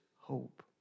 hope